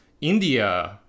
India